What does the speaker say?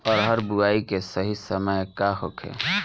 अरहर बुआई के सही समय का होखे?